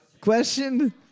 Question